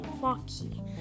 Foxy